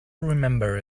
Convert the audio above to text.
remember